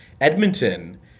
Edmonton